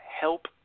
help